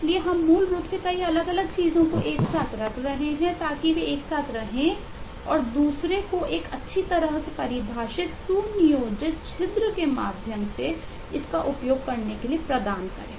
इसलिए हम मूल रूप से कई अलग अलग चीजों को एक साथ रख रहे हैं ताकि वे एक साथ रहें और दूसरे को एक अच्छी तरह से परिभाषित सुनियोजित छिद्र के माध्यम से इसका उपयोग करने के लिए प्रदान करें